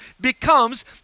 becomes